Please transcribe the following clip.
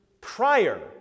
prior